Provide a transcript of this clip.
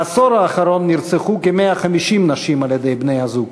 בעשור האחרון נרצחו כ-150 נשים על-ידי בני-הזוג.